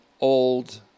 old